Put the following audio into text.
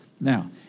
now